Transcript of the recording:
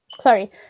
sorry